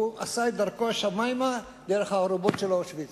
והוא עשה את דרכו השמימה, דרך הארובות של אושוויץ.